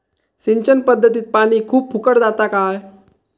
सिंचन पध्दतीत पानी खूप फुकट जाता काय?